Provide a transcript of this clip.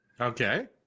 okay